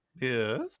Yes